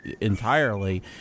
entirely